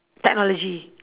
technology